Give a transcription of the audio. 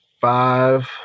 five